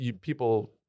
people